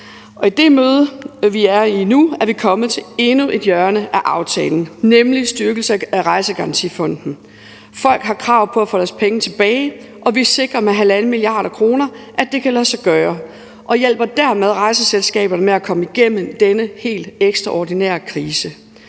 i det møde, vi er i nu, er vi kommet til endnu et hjørne af aftalen, nemlig en styrkelse af Rejsegarantifonden. Folk har krav på at få deres penge tilbage, og vi sikrer med 1,5 mia. kr., at det kan lade sig gøre, og hjælper dermed rejseselskaberne med at komme igennem denne helt ekstraordinære krise.